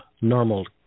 normal